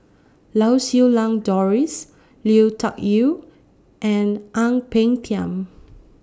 Lau Siew Lang Doris Lui Tuck Yew and Ang Peng Tiam